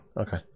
Okay